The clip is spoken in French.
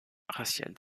raciale